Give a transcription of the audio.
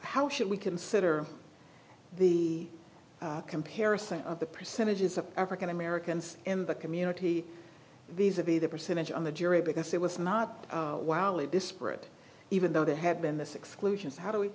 how should we consider the comparison of the percentages of african americans in the community these are the the percentage on the jury because it was not wildly disparate even though there have been this exclusions how do we